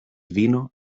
vino